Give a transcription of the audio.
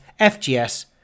FGS